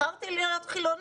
בחרתי להיות חילונית.